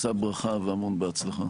שא ברכה והמון בהצלחה.